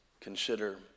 Consider